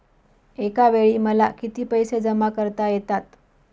एकावेळी मला किती पैसे जमा करता येतात?